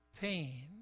pain